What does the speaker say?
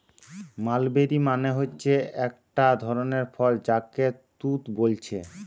mulberry মানে হচ্ছে একটা ধরণের ফল যাকে তুত বোলছে